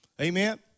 Amen